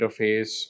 interface